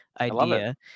idea